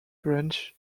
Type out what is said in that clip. branch